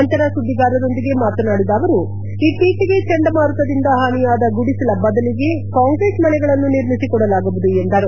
ನಂತರ ಸುದ್ದಿಗಾರರೊಂದಿಗೆ ಮಾತನಾಡಿದ ಅವರು ಇತ್ತೀಚೆಗೆ ಚಂಡಮಾರುತದಿಂದ ಹಾನಿಯಾದ ಗುಡಿಸಲ ಬದಲಿಗೆ ಕಾಂಕ್ರೀಟ್ ಮನೆಗಳನ್ನು ನಿರ್ಮಿಸಿ ಕೊಡಲಾಗುವುದು ಎಂದರು